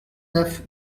neuf